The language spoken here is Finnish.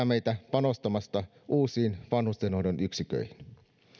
meitä panostamasta uusiin vanhustenhoidon yksiköihin